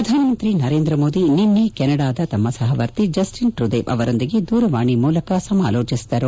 ಪ್ರಧಾನಮಂತ್ರಿ ನರೇಂದ್ರ ಮೋದಿ ನಿನ್ನೆ ಕೆನಡಾದ ಸಹವರ್ತಿ ಜಸ್ವಿನ್ ಟ್ರುದೇವ್ ಅವರೊಂದಿಗೆ ದೂರವಾಣಿ ಮೂಲಕ ಸಮಾಲೋಚಿಸಿದರು